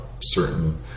certain